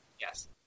Yes